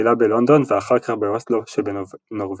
תחילה בלונדון ואחר כך באוסלו שבנורווגיה.